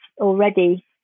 already